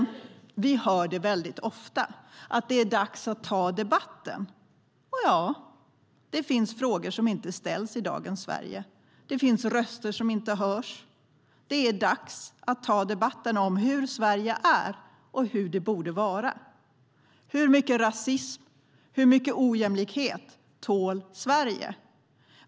Vi hör det ofta, att det är dags att ta debatten. Och ja, det finns frågor som inte ställs i dagens Sverige. Det finns röster som inte hörs. Det är dags att ta debatten om hur Sverige är och hur det borde vara. Hur mycket rasism och ojämlikhet tål Sverige?